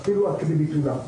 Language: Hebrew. אפילו עד כדי ביטולם.